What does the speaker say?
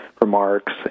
remarks